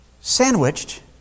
sandwiched